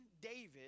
David